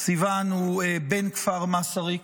סיון הוא בן כפר מסריק,